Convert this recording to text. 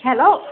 hello